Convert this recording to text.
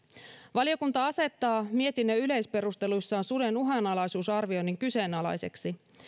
valiokunta asettaa mietinnön yleisperusteluissaan suden uhanalaisuusarvioinnin kyseenalaiseksi